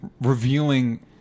revealing